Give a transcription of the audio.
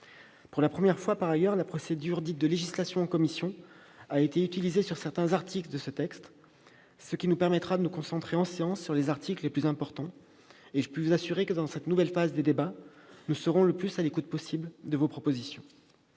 pour la première fois, la procédure dite de « législation en commission » a été utilisée sur certains articles de ce texte, ce qui nous permettra de nous concentrer en séance sur les articles les plus importants. Dans cette nouvelle phase de débats, nous serons le plus à l'écoute possible de vos propositions.